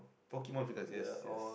Pokemon figures yes yes